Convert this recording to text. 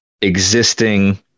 existing